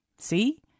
See